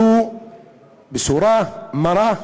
זו בשורה מרה,